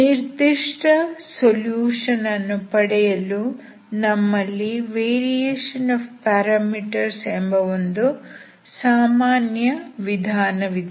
ನಿರ್ದಿಷ್ಟ ಸೊಲ್ಯೂಷನ್ ಅನ್ನು ಪಡೆಯಲು ನಮ್ಮಲ್ಲಿ ವೇರಿಯೇಷನ್ ಆಫ್ ಪ್ಯಾರಾಮೀಟರ್ಸ್ ಎಂಬ ಒಂದು ಸಾಮಾನ್ಯ ವಿಧಾನವಿದೆ